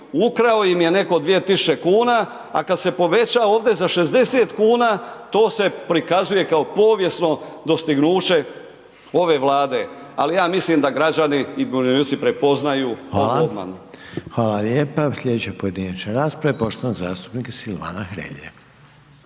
ukrao im je netko 2000 kuna a kad se poveća ovdje za 60 kuna, to se prikazuje kao povijesno dostignuće ove Vlade. Ali ja mislim da građani i umirovljenici prepoznaju ovu